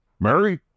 Mary